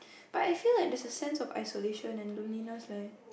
but I feel like there's a sense of isolation and loneliness leh